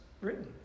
written